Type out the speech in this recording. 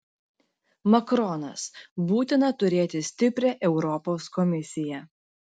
makronas būtina turėti stiprią europos komisiją